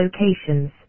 locations